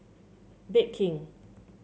Bake King